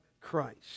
Christ